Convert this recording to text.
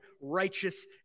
righteous